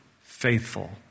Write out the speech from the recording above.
faithful